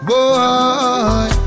Boy